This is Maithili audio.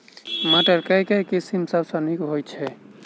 मटर केँ के किसिम सबसँ नीक होइ छै?